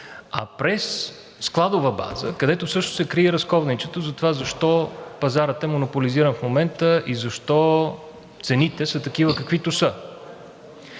а през складова база, където всъщност се крие и разковничето за това защо пазарът е монополизиран в момента и защо цените са такива, каквито са.